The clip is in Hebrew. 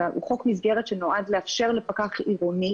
והוא חוק מסגרת שנועד לאפשר לפקח עירוני,